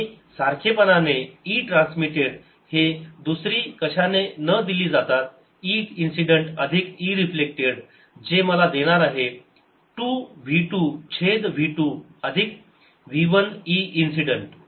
आणि सारखे पणाने e ट्रान्समिटेड हे दुसरी कशाने न दिले जातात e इन्सिडेंट अधिक e रिफ्लेक्टेड जे मला देणार आहे 2 v 2 छेद v 2 अधिक v 1 e इन्सिडेंट